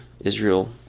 Israel